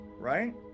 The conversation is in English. right